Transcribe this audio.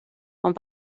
ond